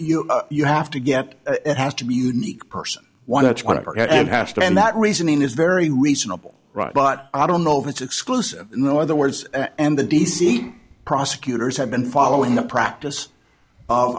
that you have to get it has to be unique person one it's one of her and her stand that reasoning is very reasonable right but i don't know if it's exclusive in the other words and the d c t prosecutors have been following the practice o